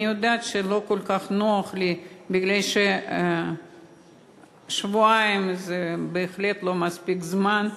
אני יודעת שלא כל כך נוח לי מפני ששבועיים זה בהחלט לא מספיק זמן,